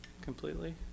completely